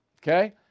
Okay